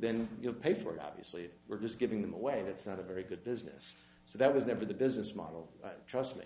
then you'll pay for it obviously we're just giving them away that's not a very good business so that was never the business model trust me